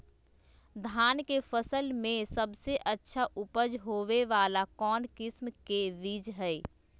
धान के फसल में सबसे अच्छा उपज होबे वाला कौन किस्म के बीज हय?